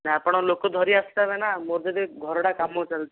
ନାଇ ଆପଣ ଲୋକ ଧରି ଆସିଥାନ୍ତେ ନା ମୋର ଯଦି ଘରଟା କାମ ଚାଲିଛି